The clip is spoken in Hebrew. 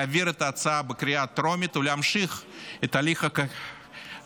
ולהעביר את ההצעה בקריאה הטרומית ולהמשיך את הליך החקיקה